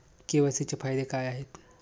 KYC चे फायदे काय आहेत?